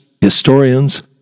historians